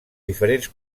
diferents